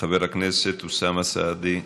חבר הכנסת אוסאמה סעדי,